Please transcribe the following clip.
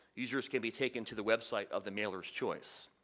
users can be taken to the website of the mail er's choice.